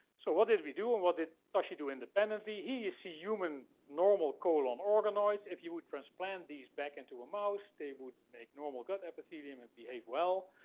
so, what did we do, and what did toshi do independently? here, you see human, normal colon organoids. if you would transplant these back into a mouse, they would make normal gut epithelium and behave well.